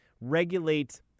regulate